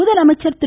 முதலமைச்சர் திரு